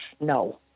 No